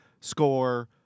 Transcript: score